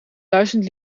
duizend